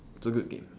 it's a good game